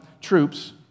troops